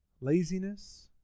laziness